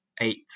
eight